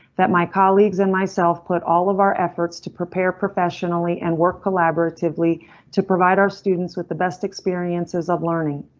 that my colleagues and myself put all of our efforts to prepare professionally and work collaboratively to provide our students with the best experiences of learning.